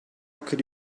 could